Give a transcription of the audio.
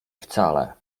wcale